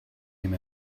him